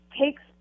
takes